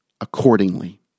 accordingly